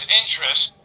interest